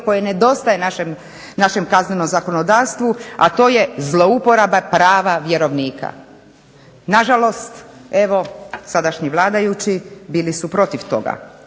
koje nedostaje našem kaznenom zakonodavstvu, a to je zlouporaba prava vjerovnika. Nažalost, evo sadašnji vladajući bili su protiv toga.